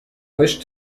wish